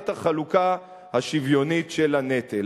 את החלוקה השוויונית של הנטל.